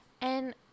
And-